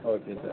okay sir